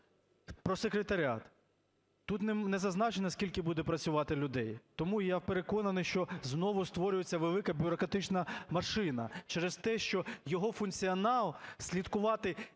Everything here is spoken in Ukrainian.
про секретаріат. Тут не зазначено, скільки буде працювати людей, тому я переконаний, що знову створюється велика бюрократична машина. Через те, що його функціонал слідкувати